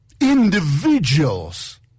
Individuals